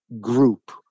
group